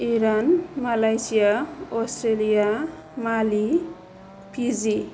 Iran Malaysia Australia Mali PG